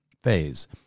phase